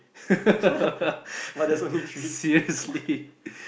seriously